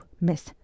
Miss